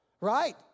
Right